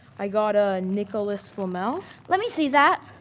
i got ah nicholas flamel. let me see that.